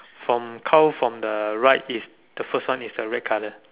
from cold from the right is the first one is the red colour